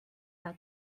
her